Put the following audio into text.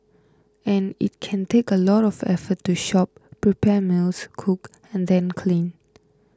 and it can take a lot of effort to shop prepare meals cook and then clean